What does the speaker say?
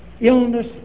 illness